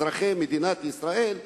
אזרחי מדינת ישראל,